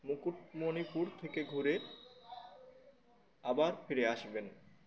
মুকুটমণিপুর থেকে ঘুরে আবার ফিরে আসবেন